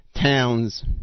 towns